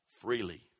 freely